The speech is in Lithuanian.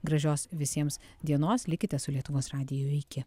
gražios visiems dienos likite su lietuvos radiju iki